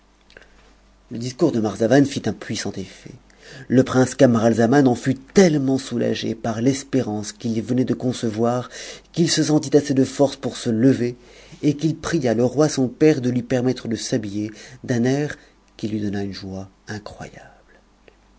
le discours de marzavan fit un puissant effet le prince camaralzaman u fut tellement soulagé par l'espérance qu'il venait do concevoir qu'il se sentit assez de force pour se lever et qu'il pria le roi son père de lui permettre de s'habiller d'un air qui lui donna une joie incroyable